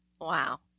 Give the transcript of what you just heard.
Wow